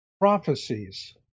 prophecies